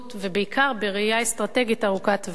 ובעיקר בראייה אסטרטגית ארוכת טווח.